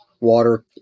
water